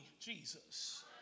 Jesus